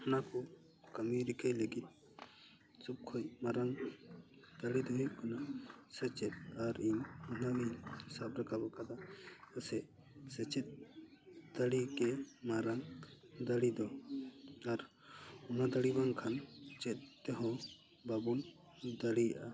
ᱚᱱᱟ ᱠᱚ ᱠᱟᱹᱢᱤ ᱨᱤᱠᱟᱹᱭ ᱞᱟᱹᱜᱤᱫ ᱥᱚᱵᱠᱷᱚᱡ ᱢᱟᱨᱟᱝ ᱫᱟᱲᱮ ᱫᱚ ᱦᱩᱭᱩᱜ ᱠᱟᱱᱟ ᱥᱮᱪᱮᱫ ᱟᱨ ᱤᱧ ᱤᱱᱟᱹᱜᱮᱧ ᱥᱟᱵ ᱨᱟᱠᱟᱵ ᱟᱠᱟᱫᱟ ᱥᱮ ᱥᱮᱪᱮᱫ ᱫᱟᱲᱮᱜᱮ ᱢᱟᱨᱟᱝ ᱫᱟᱲᱮ ᱫᱚ ᱟᱨ ᱚᱱᱟ ᱫᱟᱲᱮ ᱵᱟᱝᱠᱷᱟᱱ ᱪᱮᱫ ᱛᱮᱦᱚᱸ ᱵᱟᱵᱚᱱ ᱫᱟᱲᱮᱭᱟᱜᱼᱟ